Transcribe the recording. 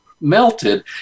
melted